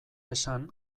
esan